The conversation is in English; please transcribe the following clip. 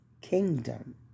kingdom